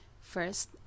First